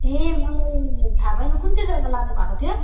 ए मलाई थाह भएन कुन चाहिँ जग्गा लानुभएको थियो